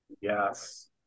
Yes